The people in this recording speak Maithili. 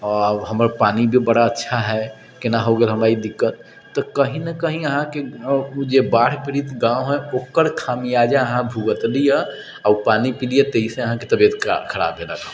आओर हमर पानि भी बड़ा अच्छा हइ कोना हो गेल हमरा ई दिक्कत तऽ कहीँ नहि कहीँ अहाँके जे बाढ़ि पीड़ित गाँव हइ ओकर खामियाजा अहाँ भुगतलिए ओ पानि पिलिए ताहिसँ अहाँके तबियत खराब भेलक